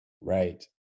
Right